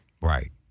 Right